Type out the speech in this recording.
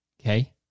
Okay